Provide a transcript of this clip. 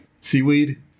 Seaweed